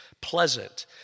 pleasant